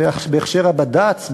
בהכשר הבד"ץ,